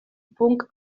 punk